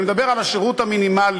אני מדבר על השירות המינימלי,